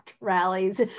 rallies